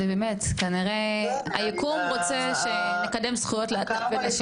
כנראה היקום רוצה שנקדם זכויות להט"ב ונשים.